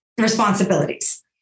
responsibilities